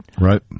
right